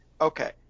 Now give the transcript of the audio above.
Okay